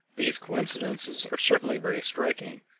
these coincidences are certainly very striking,